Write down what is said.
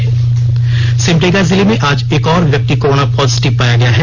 त् सिमडेगा जिले में आज एक और व्यक्ति कोरोना पॉजिटिव पाया गया है